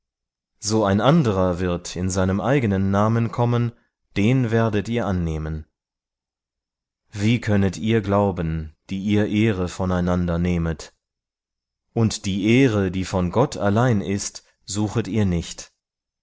so ein anderer wird in seinem eigenen namen kommen den werdet ihr annehmen wie könnet ihr glauben die ihr ehre voneinander nehmet und die ehre die von gott allein ist suchet ihr nicht